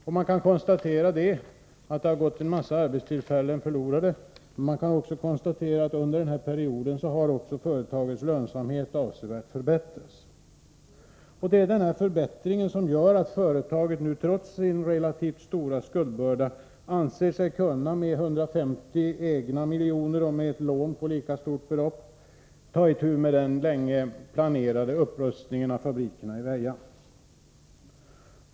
Man kan alltså konstatera att en hel massa arbetstillfällen har gått förlorade, men man kan också konstatera att företagets lönsamhet under denna period förbättrades avsevärt. Det är denna förbättring som gör att företaget trots sin relativt stora skuldbörda nu anser sig kunna med 150 miljoner av eget kapital och med ett lika stort lånat belopp ta itu med den sedan länge planerade upprustningen av fabriken i Väja.